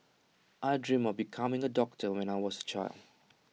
I dreamt of becoming A doctor when I was A child